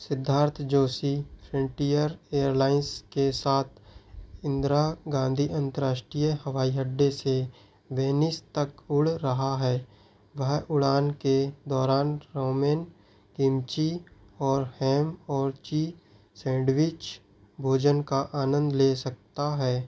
Siddharth Joshi frontier airlines के साथ इन्द्रा गाँधी अंतर्राष्ट्रीय हवाई अड्डे से वेनिस तक उड़ रहा है वह उड़ान के दौरान रोमेन किमची और हैम और चीज़ सैंडविच भोजन का आनंद ले सकता है